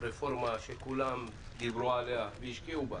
רפורמה שכולם דיברו עליה והשקיעו בה